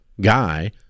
guy